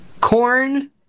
Corn